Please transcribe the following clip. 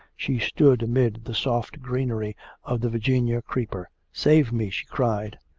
she stood amid the soft greenery of the virginia creeper. save me she cried.